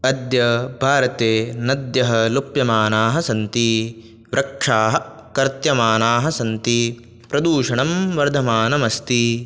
अद्य भारते नद्यः लुप्यमानाः सन्ति वृक्षाः कर्त्यमानाः सन्ति प्रदूषणं वर्धमानमस्ति